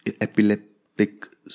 epileptic